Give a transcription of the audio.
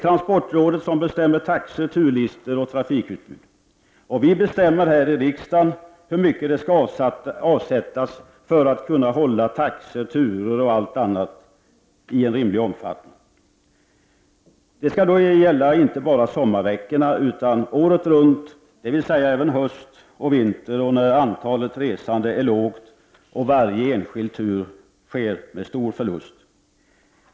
Transportrådet bestämmer taxor, turlistor och trafikutbud. Vad vi här i riksdagen bestämmer är hur mycket som skall avsättas för att taxor, turer och allt annat skall kunna få en rimlig omfattning. Detta skall gälla inte bara för sommarveckorna utan året runt, dvs. även höst och vinter när antalet resande är lågt och varje enskild tur sker med stor förlust.